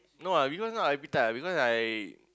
no ah because no appetite ah because I